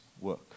work